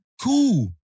cool